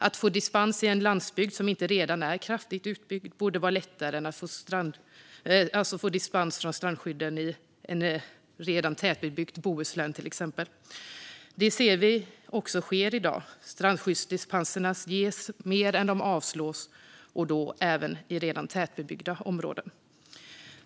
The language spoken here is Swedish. Att få dispens i en landsbygd som inte redan är kraftigt utbyggd borde vara lättare än att få dispens från strandskyddet i exempelvis det redan tätbebyggda Bohuslän. Det sker också i dag. Strandskyddsdispenser ges oftare än de avslås - dock även i redan tätbebyggda områden.